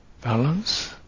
balance